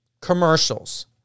commercials